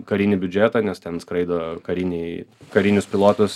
karinį biudžetą nes ten skraido kariniai karinius pilotus